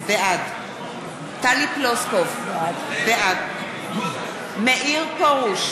בעד טלי פלוסקוב, בעד מאיר פרוש,